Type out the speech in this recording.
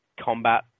combat